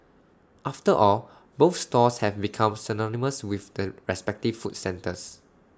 after all both stalls have become synonymous with the respective food centres